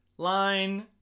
line